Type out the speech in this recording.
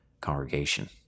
Congregation